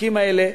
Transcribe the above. במשחקים האלה.